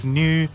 new